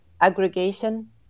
aggregation